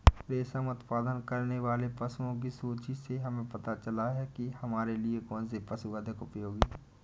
रेशम उत्पन्न करने वाले पशुओं की सूची से हमें पता चलता है कि हमारे लिए कौन से पशु अधिक उपयोगी हैं